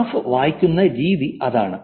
graph വായിക്കുന്ന രീതി അതാണ്